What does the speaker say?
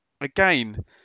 again